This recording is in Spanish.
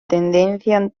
tendencia